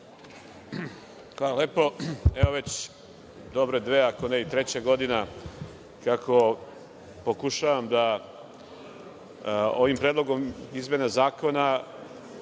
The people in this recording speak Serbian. Hvala lepo. Evo već dobre dve, ako ne i treća godina kako pokušavam da ovim predlogom izmena zakona